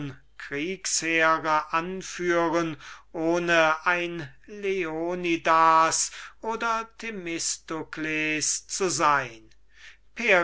kriegsheere anführen ohne ein leonidas oder themistokles zu sein